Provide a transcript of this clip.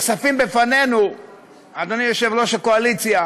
שנחשפים בפנינו אדוני יושב-ראש הקואליציה,